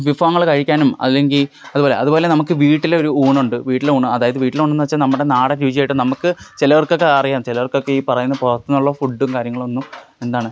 വിഭവങ്ങള് കഴിക്കാനും അല്ലെങ്കില് അതുപോലെ അതുപോലെ നമുക്ക് വീട്ടിൽ ഒരു ഊണുണ്ട് വീട്ടിലൂണ് അതായത് വീട്ടിൽ ഊണെന്നുവച്ചാല് നമ്മുടെ നാടൻ രുചിയായിട്ടും നമുക്ക് ചിലവർക്കൊക്കെ അറിയാം ചിലവർക്കൊക്കെ ഈ പറയുന്ന പുറത്തുനിന്നുള്ള ഫുഡും കാര്യങ്ങളൊന്നും എന്താണ്